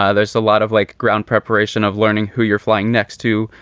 ah there's a lot of like ground preparation of learning who you're flying next to.